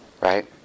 right